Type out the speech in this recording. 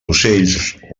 ocells